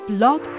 Blog